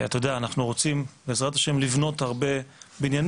אתה יודע אנחנו רוצים בעזרת ה' לבנות הרבה בניינים,